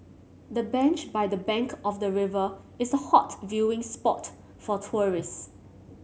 the bench by the bank of the river is a hot viewing spot for tourist